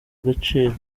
agaciro